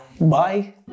Bye